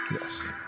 Yes